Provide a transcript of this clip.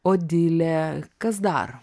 odilė kas dar